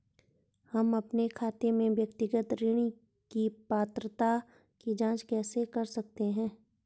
हम अपने खाते में व्यक्तिगत ऋण की पात्रता की जांच कैसे कर सकते हैं?